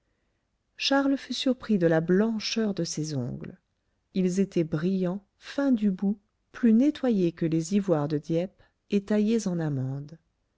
charles fut surpris de la blancheur de ses ongles ils étaient brillants fins du bout plus nettoyés que les ivoires de dieppe et taillés en amande